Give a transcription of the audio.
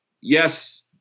yes